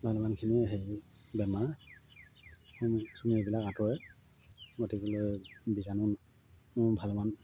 ভালেমানখিনি হেৰি বেমাৰ হুমি চুমি এইবিলাক আঁতৰে গতিকেলৈ বীজাণু মোৰ ভালেমান